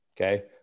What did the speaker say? Okay